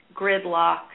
gridlock